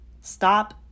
Stop